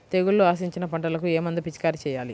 తెగుళ్లు ఆశించిన పంటలకు ఏ మందు పిచికారీ చేయాలి?